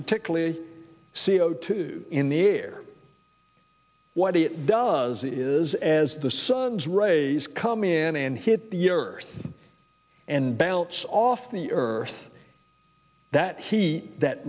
particularly c o two in the air what it does is as the sun's rays come in and hit the earth and balance off the earth that he that